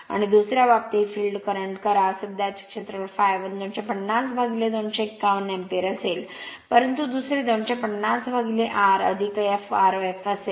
आणि दुसर्या बाबतीत फिल्ड करंट करा सध्याचे क्षेत्रफळ ∅1 250 251 एम्पीयर असेल परंतु दुसरे 250 R f Rf असेल